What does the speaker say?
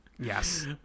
Yes